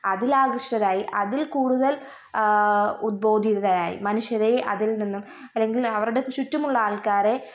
അതിലാകൃഷ്ടരായി അതിൽ കൂടുതൽ ഉദ്ബോധിതരായി മനുഷ്യരെ അതിൽ നിന്നും അല്ലെങ്കിൽ അവരുടെ ചുറ്റുമുള്ള ആൾക്കാരെ